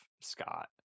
Scott